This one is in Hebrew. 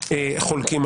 להתגבר.